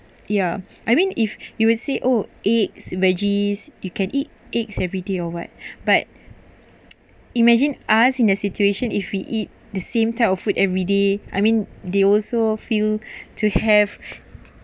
ya I mean if you will say oh egg veggies you can eat eggs every day or what but imagine us in a situation if we eat the same type of food every day I mean they also feel to have